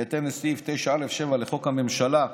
בהתאם לסעיף 9(א)(7) לחוק הממשלה,